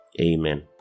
Amen